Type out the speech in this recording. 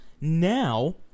Now